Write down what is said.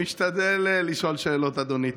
משתדל לשאול שאלות, אדוני.